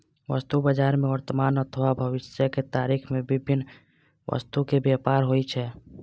वस्तु बाजार मे वर्तमान अथवा भविष्यक तारीख मे विभिन्न वस्तुक व्यापार होइ छै